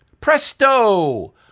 Presto